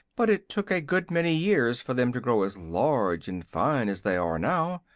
but it took a good many years for them to grow as large and fine as they are now.